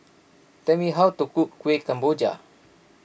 tell me how to cook Kueh Kemboja